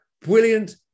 Brilliant